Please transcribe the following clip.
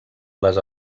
les